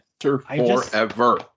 forever